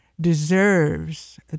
deserves